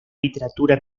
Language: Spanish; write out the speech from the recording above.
literatura